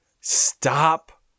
stop